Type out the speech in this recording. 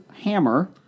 hammer